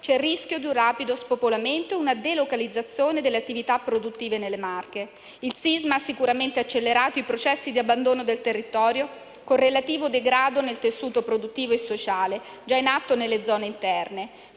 c'è il rischio di un rapido spopolamento, di una delocalizzazione delle attività produttive dalle Marche. Il sisma ha sicuramente accelerato i processi di abbandono del territorio, con relativo degrado del tessuto produttivo e sociale già in atto nelle zone interne.